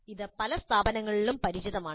അത് പല സ്ഥാപനങ്ങൾക്കും പരിചിതമാണ്